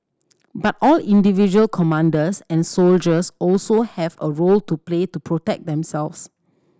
but all individual commanders and soldiers also have a role to play to protect themselves